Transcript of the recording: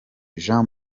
jean